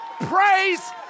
praise